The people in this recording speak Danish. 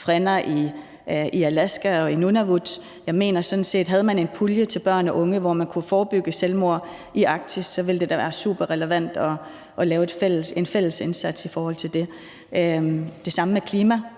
frænder i Alaska og i Nunavut. Jeg mener sådan set, at havde man en pulje til børn og unge, hvor man kunne forebygge selvmord i Arktis, så ville det da være superrelevant at lave en fælles indsats i forhold til det. Det samme med klimaet.